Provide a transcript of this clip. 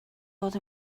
oedd